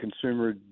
consumer